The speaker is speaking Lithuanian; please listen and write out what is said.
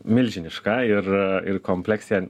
milžiniška ir ir kompleksija